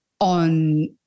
on